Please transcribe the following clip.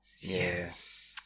Yes